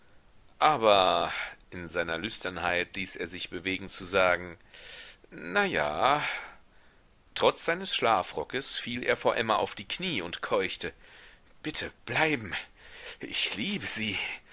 aber in seiner lüsternheit ließ er sich bewegen zu sagen na ja trotz seines schlafrockes fiel er vor emma auf die knie und keuchte bitte bleiben ich liebe sie